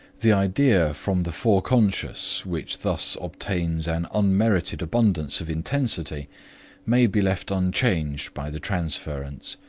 the idea from the foreconscious which thus obtains an unmerited abundance of intensity may be left unchanged by the transference,